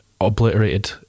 obliterated